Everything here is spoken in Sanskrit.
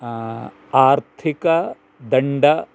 आर्थिकदण्डः